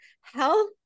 health